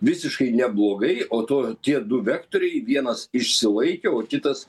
visiškai neblogai o to tie du vektoriai vienas išsilaikė o kitas